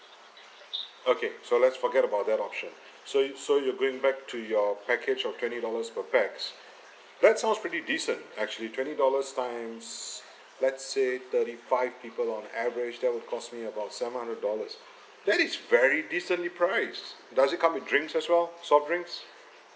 okay so let's forget about that option so you so you're going back to your package of twenty dollars per pax that's sounds pretty decent actually twenty dollars times let's say thirty five people on average that would cost me about seven hundred dollars that is very decently priced does it come with drinks as well soft drinks